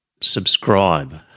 subscribe